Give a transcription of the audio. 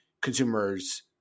consumers